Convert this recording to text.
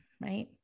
Right